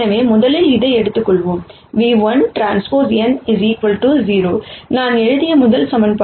எனவே முதலில் இதை எடுத்துக்கொள்வோம் ν₁Tn 0 நான் எழுதிய முதல் ஈக்குவேஷன்